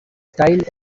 style